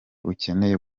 ukeneye